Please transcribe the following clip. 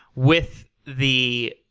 with the